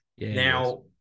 Now